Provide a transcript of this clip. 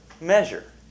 measure